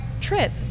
trip